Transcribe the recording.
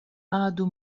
għadu